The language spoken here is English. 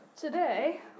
today